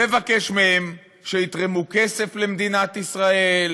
לבקש מהם שיתרמו כסף למדינת ישראל,